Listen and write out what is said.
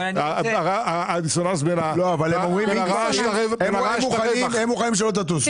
הם מוכנים שלא תטוסו,